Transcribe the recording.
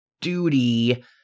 duty